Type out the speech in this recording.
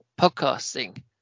podcasting